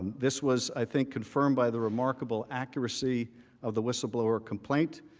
this was i think confirmed by the remarkable accuracy of the whistleblower complaint,